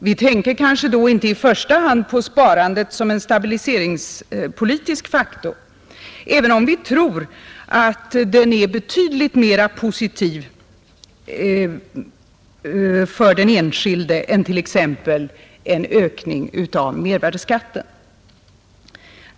Vi tänkte kanske då inte i första hand på sparandet som en stabiliseringspolitisk faktor, även om vi tror att den är betydligt mera positiv för den enskilde än t.ex. en ökning av mervärdeskatten.